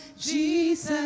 Jesus